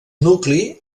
nucli